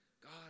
God